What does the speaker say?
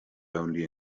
only